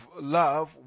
love